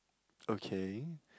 okay